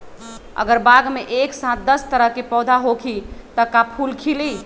अगर बाग मे एक साथ दस तरह के पौधा होखि त का फुल खिली?